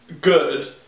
good